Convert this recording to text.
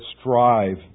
strive